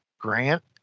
grant